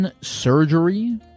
surgery